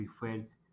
refers